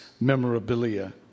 memorabilia